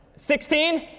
sixteen?